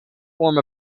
form